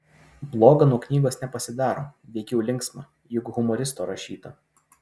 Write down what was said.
bloga nuo knygos nepasidaro veikiau linksma juk humoristo rašyta